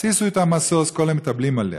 שישו אִתה משׂושׂ כל המתאבלים עליה",